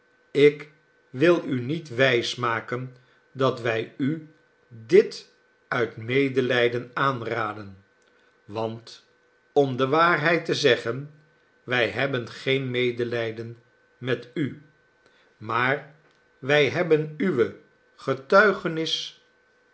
ik wil u niet wijsmaken dat wij u dit uit medelijden aanraden want om de waarheid te zeggen wij hebben geen medelijden met u maar wij hebben uwe getuigenis